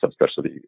subspecialty